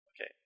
Okay